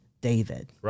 David